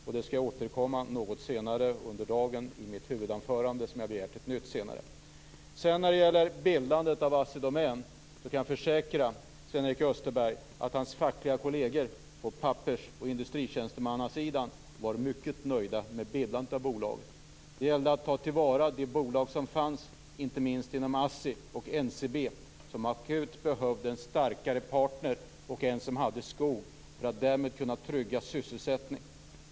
Jag skall något senare återkomma till det i ett nytt huvudanförande som jag har begärt. När det gäller bildandet av Assi Domän kan jag försäkra Sven-Erik Österberg att hans fackliga kolleger på Pappers och på industritjänstemannasidan var mycket nöjda med denna bolagsbildning. Det gällde att ta till vara de bolag som fanns, inte minst ASSI och Ncb, som akut behövde en starkare partner som hade skog, för att därmed kunna trygga sysselsättningen.